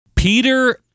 Peter